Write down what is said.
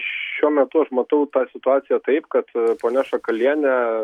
šiuo metu aš matau tą situaciją taip kad ponia šakalienė